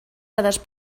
dades